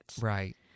right